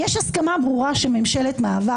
יש הסכמה ברורה שממשלת מעבר,